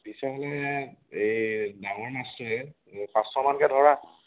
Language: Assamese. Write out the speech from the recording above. পিচ হ'লে এই ডাঙৰ মাছটোৱে এই পাঁচশ মানকে ধৰা